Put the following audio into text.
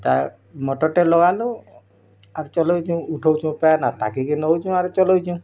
ତା' ମଟର୍ଟା ଲଗାଲୁ ଆର୍ ଚଲେଇକି ଉଠଉଛୁ ପାନ୍ ଟାଙ୍କିକୁ ନେଉଛୁ ଆର୍ ଚଲାଉଛୁ